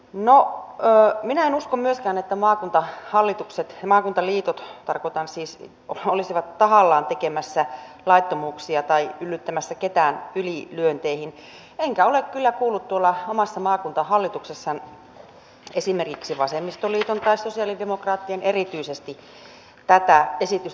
no minä en usko myöskään että maakuntahallitukset ja maakuntaliitot olisivat tarkoitan siis että olisivat tahallaan tekemässä laittomuuksia tai yllyttämässä ketään ylilyönteihin enkä ole kyllä kuullut tuolla omassa maakuntahallituksessa esimerkiksi vasemmistoliiton tai sosialidemokraattien erityisesti tätä esitystä kritisoineen